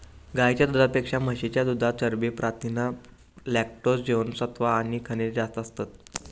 गाईच्या दुधापेक्षा म्हशीच्या दुधात चरबी, प्रथीना, लॅक्टोज, जीवनसत्त्वा आणि खनिजा जास्त असतत